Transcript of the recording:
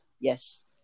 Yes